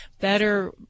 better